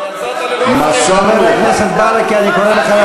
לא מסרת, חתמת הסכם.